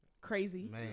Crazy